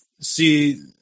See